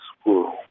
school